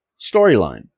storyline